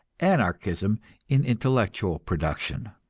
anarchism in intellectual production.